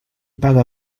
paga